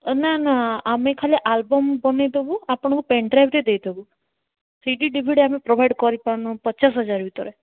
ନା ନା ଆମେ ଖାଲି ଆଲବମ୍ ବନାଇଦେବୁ ଆପଣଙ୍କୁ ପେନ୍ଡ୍ରାଇଭ୍ ଦେଇ ଦେବୁ C D D V D ଆମେ ପ୍ରୋଭାଇଡ଼୍ କରିପାରୁନୁ ପଚାଶ ହଜାର ଭିତରେ